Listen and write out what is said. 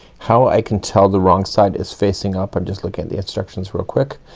how i can tell the wrong side is facing up, i'm just looking at the instructions real quick.